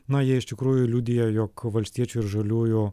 na jie iš tikrųjų liudija jog valstiečių ir žaliųjų